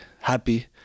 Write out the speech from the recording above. happy